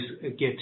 get